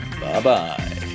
Bye-bye